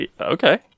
Okay